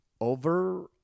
over